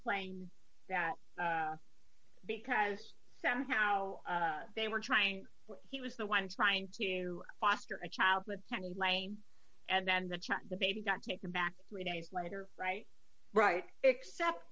claim that because somehow they were trying he was the one trying to foster a child with penny lane and that the baby got taken back three days later right right except